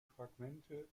fragmente